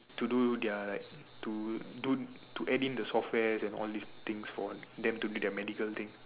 to do their to do to add in the software and all these things for them to do their medical thing